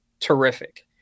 terrific